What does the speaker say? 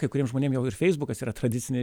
kai kuriem žmonėm jau ir feisbukas yra tradicinė